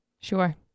Sure